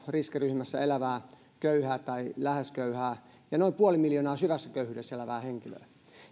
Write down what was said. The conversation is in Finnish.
riskiryhmässä elävää köyhää tai lähes köyhää ja noin puoli miljoonaa syvässä köyhyydessä elävää henkilöä